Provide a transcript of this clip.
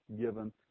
given